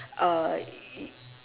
uh